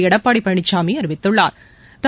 Edappadi Palaniswami அறிவித்துள்ளா்